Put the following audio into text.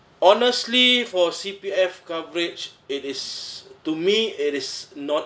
honestly for C_P_F coverage it is to me it is not